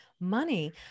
money